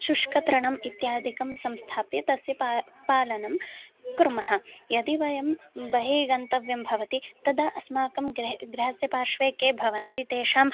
शुष्कतृणम् इत्यादिकं संस्थाप्य तस्य पा पालनं कुर्मः यदि वयं बहिः गन्तव्यं भवति तदा अस्माकं गृहे गृहस्य पार्श्वे ये भवन्ति तेषां